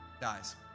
dies